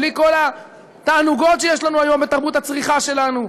בלי כל התענוגות שיש לנו היום בתרבות הצריכה שלנו,